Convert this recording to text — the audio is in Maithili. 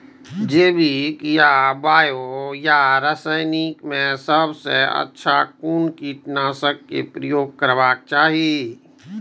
जैविक या बायो या रासायनिक में सबसँ अच्छा कोन कीटनाशक क प्रयोग करबाक चाही?